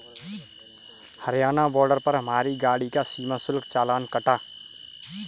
Haryana border पर हमारी गाड़ी का सीमा शुल्क चालान कटा